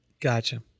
Gotcha